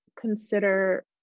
consider